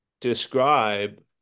describe